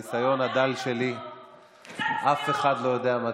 בועז, תחליף מקצוע,